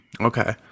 okay